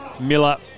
Miller